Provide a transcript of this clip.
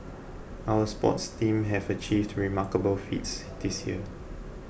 our sports teams have achieved remarkable feats this year